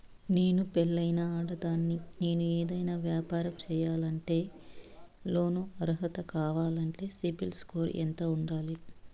నేను పెళ్ళైన ఆడదాన్ని, నేను ఏదైనా వ్యాపారం సేయాలంటే లోను అర్హత కావాలంటే సిబిల్ స్కోరు ఎంత ఉండాలి?